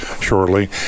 shortly